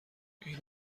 این